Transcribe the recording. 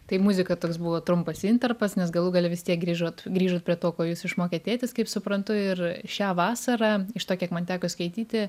tai muzika toks buvo trumpas intarpas nes galų gale vis tiek grįžot grįžot prie to ko jus išmokė tėtis kaip suprantu ir šią vasarą iš to kiek man teko skaityti